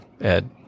ed